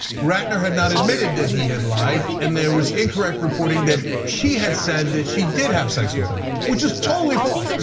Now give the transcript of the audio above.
ratner had not admitted that he had lied and there was incorrect reporting that she had said that she did have sex with him which is totally false.